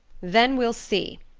then we'll see.